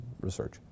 research